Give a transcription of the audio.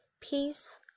peace